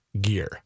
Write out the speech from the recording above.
gear